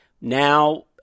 Now